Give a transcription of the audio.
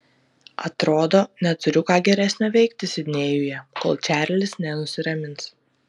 atrodo neturiu ką geresnio veikti sidnėjuje kol čarlis nenusiramins